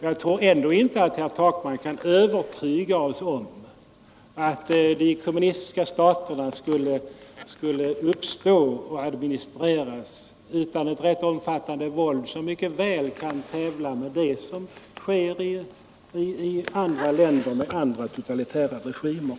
Jag tror ändå inte att herr Takman kan övertyga oss om att de kommunistiska staterna skulle kunna uppstå och administreras utan ett omfattande våld, som mycket väl kan tävla med det som förekommer i andra länder med andra totalitära regimer.